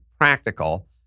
practical